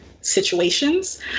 situations